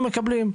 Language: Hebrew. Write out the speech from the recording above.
מקבלים.